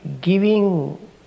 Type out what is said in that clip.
giving